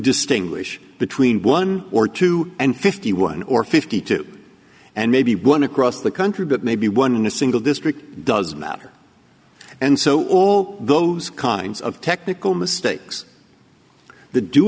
distinguish between one or two and fifty one or fifty two and maybe one across the country but maybe one in a single district doesn't matter and so all those kinds of technical mistakes